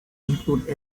include